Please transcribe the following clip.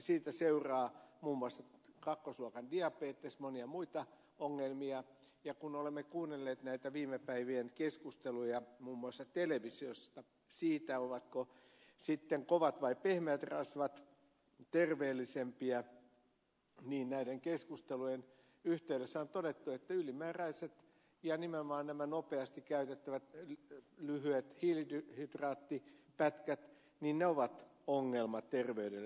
siitä seuraa muun muassa kakkostyypin diabetes monia muita ongelmia ja kun olemme kuunnelleet näitä viime päivien keskusteluja muun muassa televisiossa siitä ovatko sitten kovat vai pehmeät rasvat terveellisempiä niin näiden keskustelujen yhteydessä on todettu että ylimääräiset ja nimenomaan nämä nopeasti käytettävät ehditty lyhyetkin löytyy nitraatti pätkät lyhyet hiilihydraattipätkät ovat ongelma terveydelle